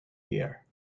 year